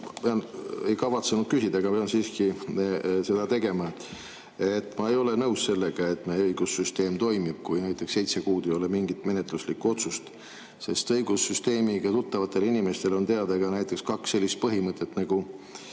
ei kavatsenud küsida, aga pean seda siiski tegema. Ma ei ole nõus selle [väitega], et meie õigussüsteem toimib, kui näiteks seitse kuud ei ole mingit menetluslikku otsust, sest õigussüsteemiga tuttavatele inimestele on teada kaks sellist põhimõtet nagu